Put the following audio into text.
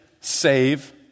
save